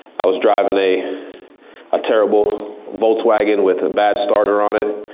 i was driving a a terrible volkswagen with a bad starter on it.